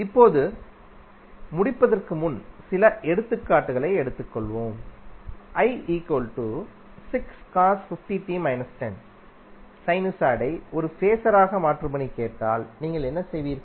இப்போது முடிப்பதற்கு முன் சில எடுத்துக்காட்டுகளை எடுத்துக்கொள்வோம் சைனுசாய்டை ஒரு ஃபேஸராகமாற்றும்படி கேட்டால் நீங்கள் என்ன செய்வீர்கள்